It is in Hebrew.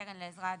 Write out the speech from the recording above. הקרן לעזרה הדדית,